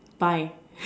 buy